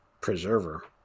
preserver